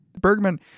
Bergman